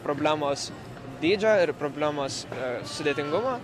problemos dydžio ir problemos sudėtingumo